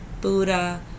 Buddha